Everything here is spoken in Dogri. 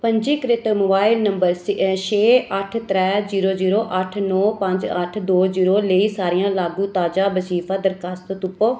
पंजीकृत मोबाइल नंबर छे अट्ठ त्रै जीरो जीरो अट्ठ नौ पंज अट्ठ दो जीरो लेई सारियां लागू ताज़ा बजीफा दरखास्त तुप्पो